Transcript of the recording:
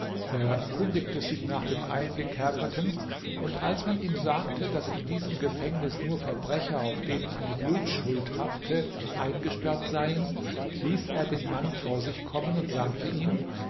er erkundigte sich nach den eingekerkerten und als man ihm sagte daß in diesem gefängnis nur verbrecher auf denen eine blutschuld hafte eingesperrt seien ließ er den mann vor sich kommen und sagte ihm